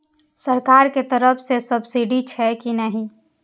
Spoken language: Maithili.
सरकार के तरफ से सब्सीडी छै कि नहिं?